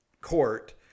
court